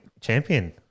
champion